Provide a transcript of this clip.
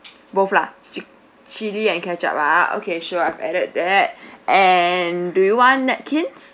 both lah ch~ chili and ketchup ah okay sure I have added that and do you want napkins